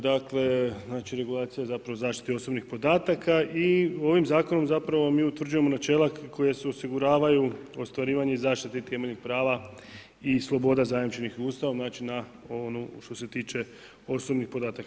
Dakle, znači regulacija zapravo zaštite osobnih podataka i ovim Zakonom zapravo mi utvrđujemo načela koja su osiguravaju ostvarivanje zaštite temeljnih prava i sloboda zajamčenih Ustavom, znači na onu, što se tiče osobnih podataka.